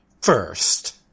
first